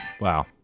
Wow